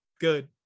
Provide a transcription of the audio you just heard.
good